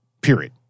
period